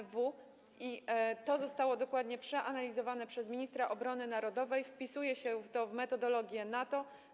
W. To zostało dokładnie przeanalizowane przez ministra obrony narodowej, wpisuje się to w metodologię NATO.